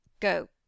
Go